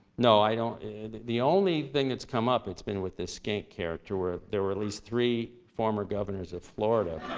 no, i don't the only thing that's come up, it's been with this skink character where there were at least three former governors of florida.